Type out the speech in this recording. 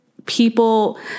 people